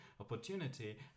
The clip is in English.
opportunity